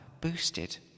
boosted